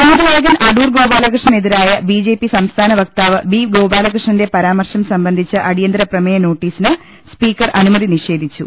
സംവിധായകൻ അടൂർ ഗോപാലകൃഷ്ണനെതിരായ B J P സംസ്ഥാന വക്താവ് ബി ഗോപാലകൃഷ്ണന്റെ പരാ മർശം സംബന്ധിച്ച അടിയന്തർപ്രമേയ നോട്ടീസിന് സ്പീക്കർ അനുമതി നിഷേധിച്ചു